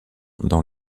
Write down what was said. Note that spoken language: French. dans